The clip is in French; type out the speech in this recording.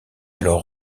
alors